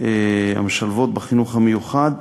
משלבות בחינוך המיוחד,